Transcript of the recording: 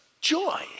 joy